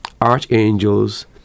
archangels